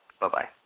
Bye-bye